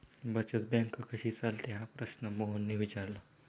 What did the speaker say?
बचत बँक कशी चालते हा प्रश्न मोहनने विचारला?